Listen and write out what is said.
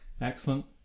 Excellent